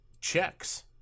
checks